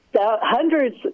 hundreds